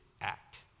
act